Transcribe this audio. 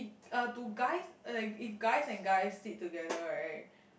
uh do guys uh like it's guys and guys sit together right